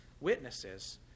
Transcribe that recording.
witnesses